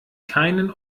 keinen